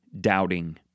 doubting